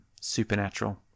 supernatural